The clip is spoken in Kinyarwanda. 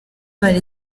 imana